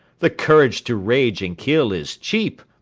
the courage to rage and kill is cheap.